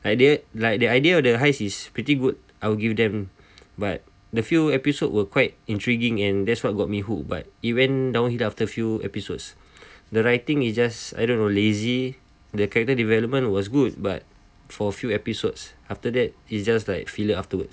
idea like the idea of the heist is pretty good I will give them but the few episode were quite intriguing and that's what got me hooked but it went downhill after few episodes the writing is just I don't know lazy the character development was good but for a few episodes after that it's just like filler afterwards